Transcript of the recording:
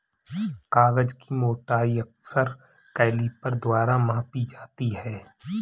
कागज की मोटाई अक्सर कैलीपर द्वारा मापी जाती है